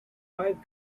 five